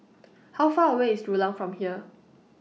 How Far away IS Rulang from here